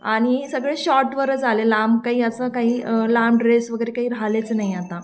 आणि सगळे शॉर्टवरच आले लांब काही असं काही लांब ड्रेस वगैरे काही राहिलेच नाही आता